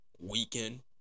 weekend